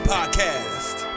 Podcast